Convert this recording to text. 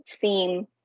theme